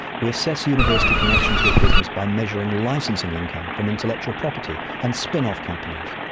we assess university connections with business by measuring licensing income from intellectual property and spin-off companies,